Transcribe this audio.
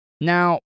Now